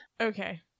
Okay